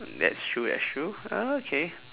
that's true that's true oh okay